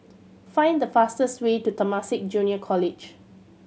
find the fastest way to Temasek Junior College